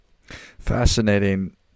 Fascinating